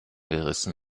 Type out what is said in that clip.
gerissen